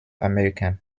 american